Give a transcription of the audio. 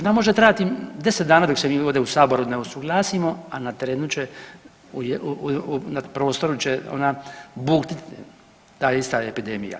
Ona može trajati 10 dana dok se mi ovdje u saboru ne usuglasimo, a na terenu će, na prostoru će ona buktiti ta ista epidemija.